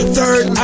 Third